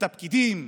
את הפקידים,